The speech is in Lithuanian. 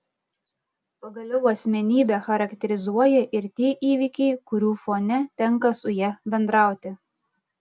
pagaliau asmenybę charakterizuoja ir tie įvykiai kurių fone tenka su ja bendrauti